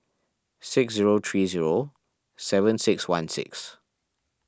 six zero three zero seven six one six